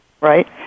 right